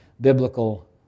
biblical